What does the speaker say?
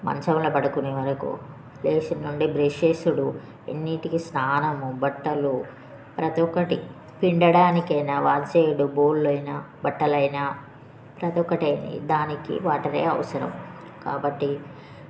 మంచంలో పడుకునేవరకు లేచిన్నుండి బ్రష్ చేసుడు ఇవన్నిటికి స్నానము బట్టలు ప్రతి ఒక్కటి పిండడానికైనా వాష్ చేయుడు బోనులైనా బట్టలైనా ప్రతిఒక్కటైనా దానికి వాటరే అవసరం కాబట్టి